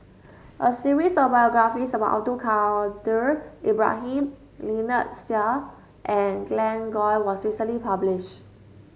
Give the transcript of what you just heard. a series of biographies about Abdul Kadir Ibrahim Lynnette Seah and Glen Goei was recently published